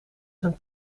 zijn